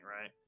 right